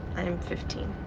and i'm fifteen.